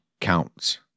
counts